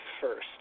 first